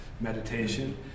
meditation